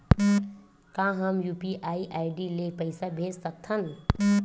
का हम UPI ID ले पईसा भेज सकथन?